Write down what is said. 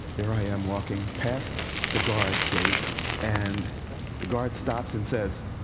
there i am, walking past the guard gate and the guard stops and says,